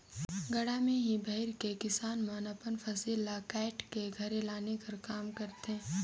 गाड़ा मे ही भइर के किसान मन अपन फसिल ल काएट के घरे लाने कर काम करथे